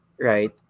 Right